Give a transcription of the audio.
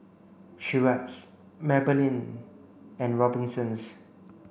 Schweppes Maybelline and Robinsons